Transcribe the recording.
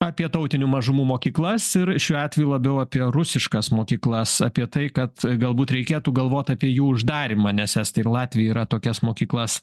apie tautinių mažumų mokyklas ir šiuo atveju labiau apie rusiškas mokyklas apie tai kad galbūt reikėtų galvot apie jų uždarymą nes estai ir latviai yra tokias mokyklas